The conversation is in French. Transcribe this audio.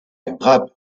grappe